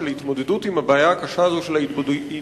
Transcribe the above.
של התמודדות עם הבעיה הקשה של התאבדויות,